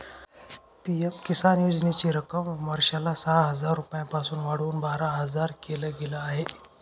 PM Kisan योजनेची रक्कम वर्षाला सहा हजार रुपयांपासून वाढवून बारा हजार केल गेलं आहे